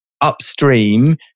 upstream